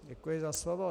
Děkuji za slovo.